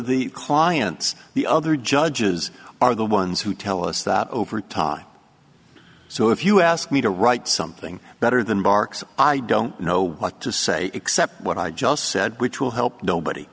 the clients the other judges are the ones who tell us that over time so if you ask me to write something better than barks i don't know what to say except what i just said which will help nobody